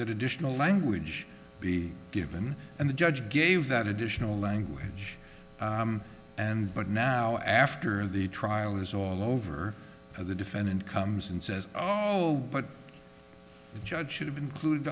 that additional language be given and the judge gave that additional language and but now after the trial is all over the defendant comes and says oh but the judge should have included